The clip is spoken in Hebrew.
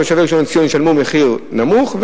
תושבי ראשון-לציון ישלמו מחיר נמוך,